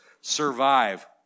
survive